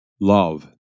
Love